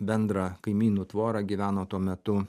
bendrą kaimynų tvorą gyveno tuo metu